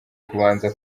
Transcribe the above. kubanza